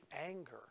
anger